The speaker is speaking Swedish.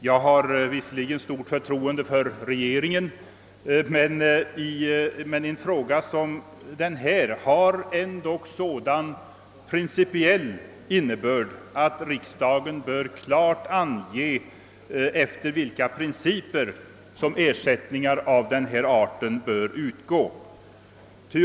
Jag har visserligen stort förtroende för regeringen, men en fråga som denna har ändå sådan principiell innebörd att riksdagen klart bör ange efter vilka principer ersättningar av denna art skall utgå.